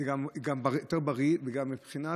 זה גם יותר בריא וגם יותר כשר,